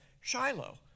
Shiloh